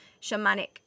shamanic